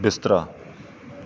ਬਿਸਤਰਾ